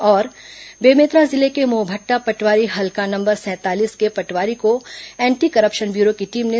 और बेमेतरा जिले के मोहभट्टा पटवारी हल्का नंबर सैंतालीस के पटवारी को एंटी करप्शन ब्यूरो की टीम ने